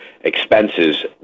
expenses